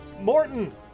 Morton